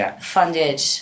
funded